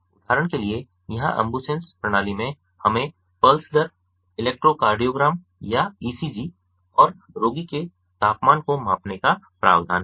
उदाहरण के लिए यहाँ अम्बुसेन्स प्रणाली में हमें पल्स दर इलेक्ट्रोकार्डियोग्राम या ईसीजी और रोगी के तापमान को मापने का प्रावधान है